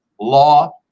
law